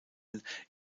und